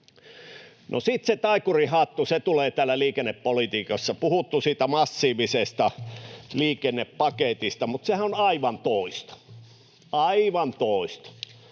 sitten se taikurihattu tulee täällä liikennepolitiikassa. On puhuttu siitä massiivisesta liikennepaketista, mutta sehän on aivan toista — aivan toista.